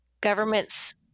governments